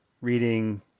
reading